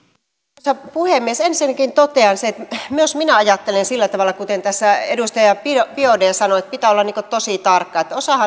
arvoisa puhemies ensinnäkin totean sen että myös minä ajattelen sillä tavalla kuten tässä edustaja biaudet sanoi että pitää olla tosi tarkka osa